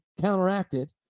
counteracted